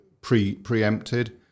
preempted